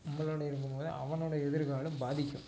நம்மளுடைய இருக்கும் போது அவனுடைய எதிர்காலம் பாதிக்கும்